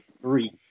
three